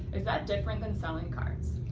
is that different that selling cards?